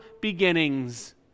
beginnings